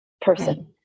person